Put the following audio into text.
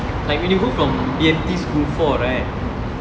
like when you go from B_M_T school four right